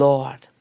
Lord